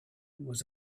was